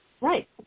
Right